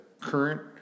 current